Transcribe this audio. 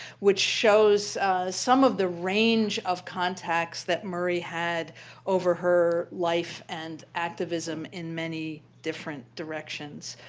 which shows some of the range of contacts that murray had over her life and activism in many different directions.